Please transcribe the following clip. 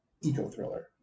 eco-thriller